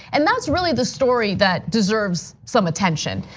and that's really the story that deserves some attention.